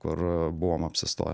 kur buvom apsisto